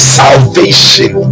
salvation